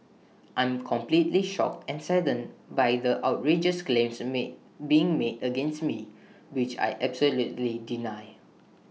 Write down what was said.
I'm completely shocked and saddened by the outrageous claims made being made against me which I absolutely deny